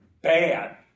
bad